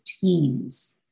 teams